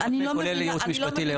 כולל ייעוץ משפטי?